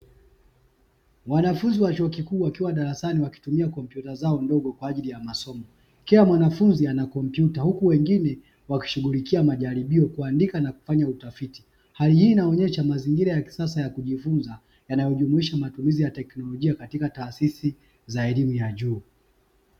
Wanafunzi wa chuo kikuu, wakitumia kompyuta zao ndogo kwa ajili ya masomo, kila mwanafunzi ana kompyuta, huku wengine wanashughulikia majaribio, kuandika na kufanya utafiti. Hali hii inaonyesha mazingira ya kisasa ya kujifunza, yanayojumuisha matumizi ya teknolojia katika taasisi ya elimu ya juu.